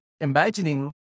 imagining